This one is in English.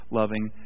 loving